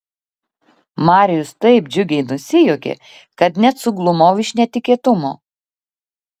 marijus taip džiugiai nusijuokė kad net suglumau iš netikėtumo